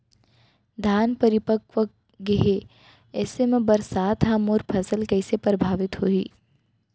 धान परिपक्व गेहे ऐसे म बरसात ह मोर फसल कइसे प्रभावित होही?